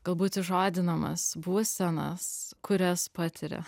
galbūt įžodinamas būsenas kurias patiria